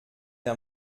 der